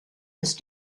ist